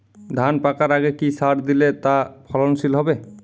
ধান পাকার আগে কি সার দিলে তা ফলনশীল হবে?